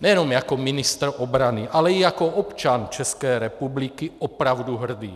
nejenom jako ministr obrany, ale i jako občan České republiky opravdu hrdý.